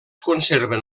conserven